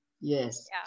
Yes